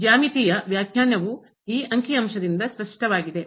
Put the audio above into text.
ಜ್ಯಾಮಿತೀಯ ವ್ಯಾಖ್ಯಾನವು ಈ ಅಂಕಿ ಅಂಶದಿಂದ ಸ್ಪಷ್ಟವಾಗಿದೆ